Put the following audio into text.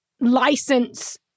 license